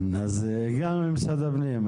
כן, אז הגענו למשרד הפנים.